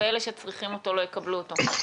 ואלה שצריכים אותו לא יקבלו אותו.